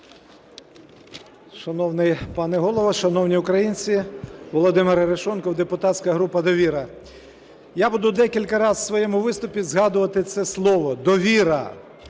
Шановний пане Голово, шановні українці! Володимир Арешонков, депутатська група "Довіра". Я буду декілька разів в своєму виступі згадувати це слово - "довіра",